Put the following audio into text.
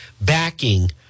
backing